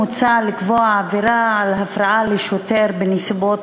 מוצע לקבוע עבירה על הפרעה לשוטר בנסיבות